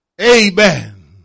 Amen